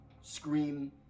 scream